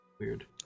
weird